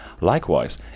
Likewise